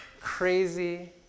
crazy